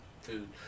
food